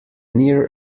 near